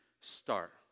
start